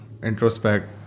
introspect